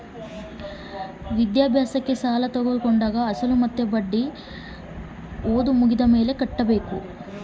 ವಿದ್ಯಾಭ್ಯಾಸಕ್ಕೆ ಸಾಲ ತೋಗೊಂಡಾಗ ಅಸಲು ಮತ್ತೆ ಬಡ್ಡಿ ಪ್ರತಿ ತಿಂಗಳು ಕಟ್ಟಬೇಕಾ ಅಥವಾ ಓದು ಮುಗಿದ ಮೇಲೆ ಕಟ್ಟಬೇಕಾ?